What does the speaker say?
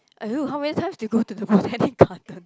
!aiyo! how many times did you go to the Botanic-Gardens